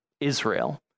Israel